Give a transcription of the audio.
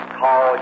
call